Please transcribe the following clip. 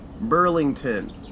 Burlington